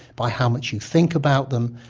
by how much you think about them.